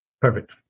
Perfect